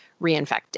reinfected